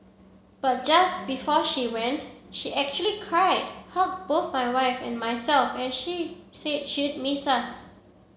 but just before she went she actually cried hugged both my wife and myself and she said she'd miss us